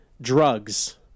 drugs